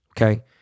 okay